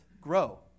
grow